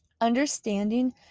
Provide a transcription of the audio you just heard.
Understanding